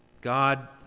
God